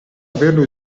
averlo